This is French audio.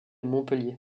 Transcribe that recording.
montpellier